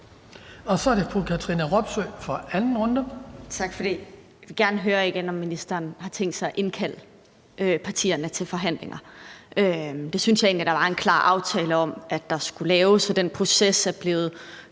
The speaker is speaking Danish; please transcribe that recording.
Kl. 19:06 Katrine Robsøe (RV): Tak for det. Jeg vil igen gerne høre, om ministeren har tænkt sig at indkalde partierne til forhandlinger. Det synes jeg egentlig der var en klar aftale om at der skulle være. Den proces er blevet